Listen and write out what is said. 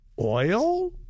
Oil